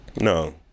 No